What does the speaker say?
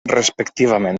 respectivament